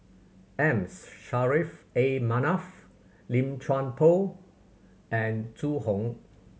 M Saffri A Manaf Lim Chuan Poh and Zhu Hong